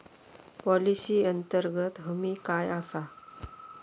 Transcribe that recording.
Policy अंतर्गत हमी काय आसा?